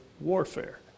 warfare